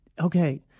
okay